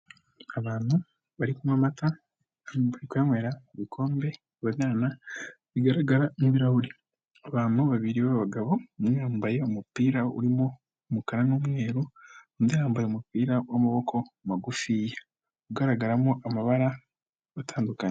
Abantu bari kunywa amata, bari kuyanywera mu bikombe bigaragara nk'ibirahuri. Abantu babiri b'abagabo, umwe yambaye umupira urimo umukara n'umweru, undi yambaye umupira w'amaboko magufi ugaragaramo amabara atandukanye.